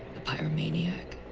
a pyromaniac,